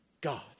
God